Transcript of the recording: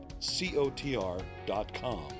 cotr.com